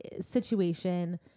situation